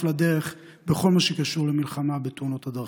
לדרך בכל מה שקשור למלחמה בתאונות הדרכים.